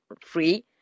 free